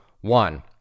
one